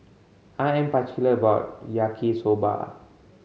I am particular about Yaki Soba